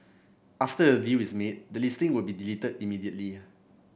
after a deal is made the listing would be deleted immediately